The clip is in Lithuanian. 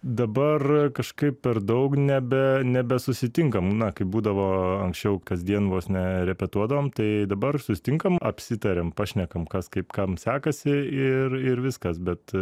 dabar kažkaip per daug nebe nebesusitinkam na kaip būdavo anksčiau kasdien vos ne repetuodavom tai dabar susitinkam apsitariam pašnekam kas kaip kam sekasi ir ir viskas bet